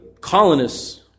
colonists